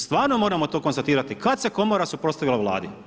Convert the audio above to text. Stvarno moramo to konstatirati, kada se komora suprostavila Vladi?